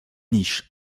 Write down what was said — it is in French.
niches